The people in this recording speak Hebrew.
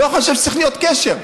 לא חושב שצריך להיות קשר.